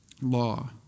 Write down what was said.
law